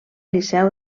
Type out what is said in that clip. liceu